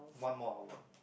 one more hour